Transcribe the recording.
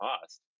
cost